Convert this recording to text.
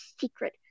secret